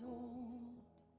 old